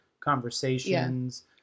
conversations